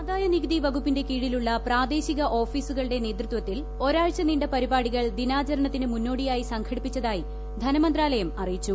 ആദായ നികുതി വകുപ്പിന്റെ കീഴിലുള്ള പ്രാദേശിക ഓഫീസുകളുടെ നേതൃത്വത്തിൽ ഒരാഴ്ച നീണ്ട പരിപ്പുട്ടികൾ ദിനാചരണത്തിന് മുന്നോടിയായി സംഘടിപ്പിച്ചതായി ്യൂക്സ്ത്രാലയം അറിയിച്ചു